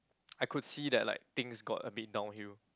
I could see that like things got a bit downhill